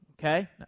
Okay